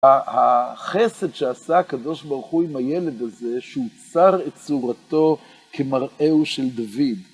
החסד שעשה הקדוש ברוך הוא עם הילד הזה, שהוא צר את צורתו כמראהו של דוד.